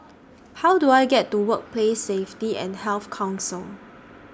How Do I get to Workplace Safety and Health Council